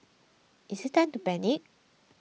is it time to panic